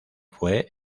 fue